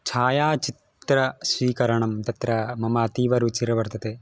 छायाचित्रस्वीकरणं तत्र मम अतीव रुचिर वर्तते